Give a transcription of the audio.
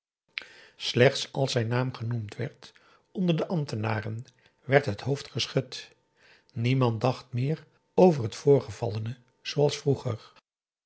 slechts als zijn naam genoemd werd onder de ambtenaren werd het hoofd geschud niemand dacht meer over het voorgevallene zooals vroeger